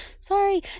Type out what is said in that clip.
sorry